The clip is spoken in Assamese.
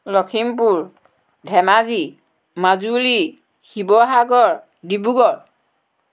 লখিমপুৰ ধেমাজি মাজুলি শিৱসাগৰ ডিব্ৰুগড়